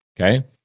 okay